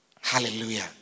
Hallelujah